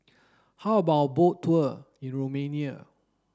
how about a boat tour in Romania